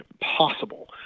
possible